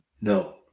No